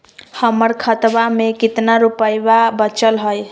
हमर खतवा मे कितना रूपयवा बचल हई?